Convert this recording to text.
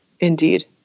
Indeed